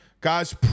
Guys